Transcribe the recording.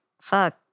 fuck